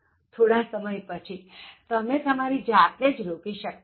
થોડા સમય પછી તમે તમારી જાત ને જ રોકી શકતા નથી